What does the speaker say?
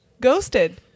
ghosted